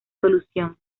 solución